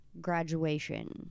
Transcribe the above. graduation